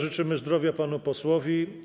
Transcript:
Życzymy zdrowia panu posłowi.